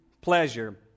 pleasure